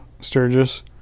Sturgis